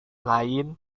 lain